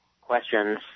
questions